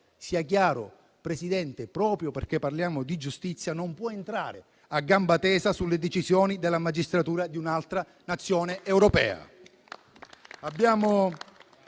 sia chiaro, Presidente - proprio perché parliamo di giustizia, non può entrare a gamba tesa sulle decisioni della magistratura di un'altra Nazione europea.